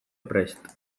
prest